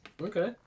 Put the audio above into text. Okay